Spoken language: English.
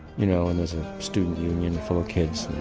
you know, and there's a student union full of kids,